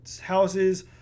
houses